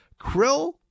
Krill